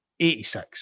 86